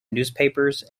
newspapers